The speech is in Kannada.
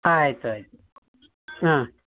ಆಯಿತು ಆಯಿತು ಹಾಂ